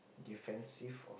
defensive of